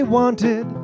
wanted